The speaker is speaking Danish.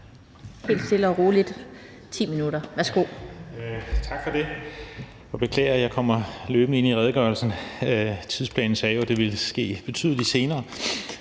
Christian Friis Bach (RV): Tak for det. Jeg beklager, at jeg kommer løbende ind i redegørelsen – tidsplanen sagde jo, at det ville ske betydelig senere,